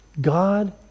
God